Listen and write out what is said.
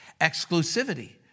Exclusivity